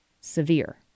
severe